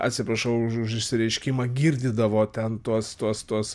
atsiprašau už už išsireiškimą girdydavo ten tuos tuos tuos